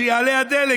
כשיעלה הדלק,